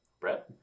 Brett